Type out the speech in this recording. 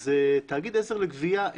אז תאגיד עזר לגבייה,